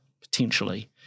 potentially